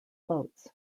boats